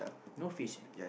no fish eh